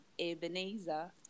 Ebenezer